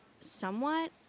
somewhat